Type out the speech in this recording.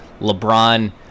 LeBron